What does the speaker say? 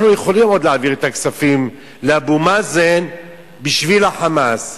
אנחנו עוד יכולים להעביר את הכספים לאבו מאזן בשביל ה"חמאס",